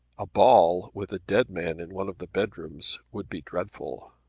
a ball, with a dead man in one of the bedrooms, would be dreadful.